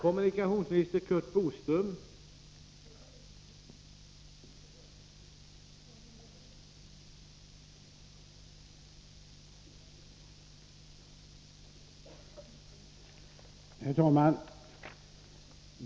Herr talman!